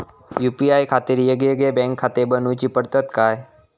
UPI खातीर येगयेगळे बँकखाते बनऊची पडतात काय?